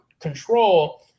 control